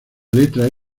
letra